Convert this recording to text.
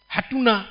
Hatuna